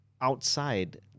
outside